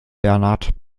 bernard